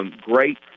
Great